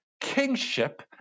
kingship